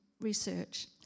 research